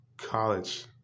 college